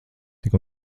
tik